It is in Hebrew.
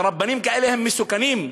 ורבנים כאלה הם מסוכנים,